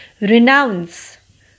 renounce